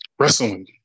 Wrestling